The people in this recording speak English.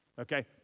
Okay